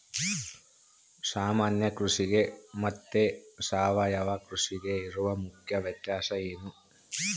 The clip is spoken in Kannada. ಸಾಮಾನ್ಯ ಕೃಷಿಗೆ ಮತ್ತೆ ಸಾವಯವ ಕೃಷಿಗೆ ಇರುವ ಮುಖ್ಯ ವ್ಯತ್ಯಾಸ ಏನು?